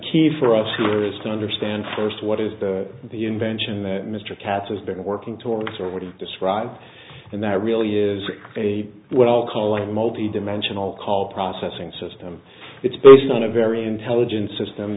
key for us here is to understand first what is the invention that mr katz has been working towards or what he describes and that really is a what i'll call a multi dimensional call processing system it's based on a very intelligent system